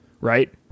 right